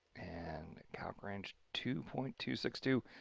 and calc range, two point two six two.